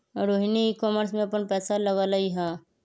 Rohini e commerce में अप्पन पैसा लगअलई ह